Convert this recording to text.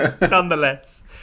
nonetheless